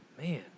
Man